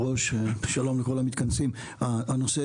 הנושא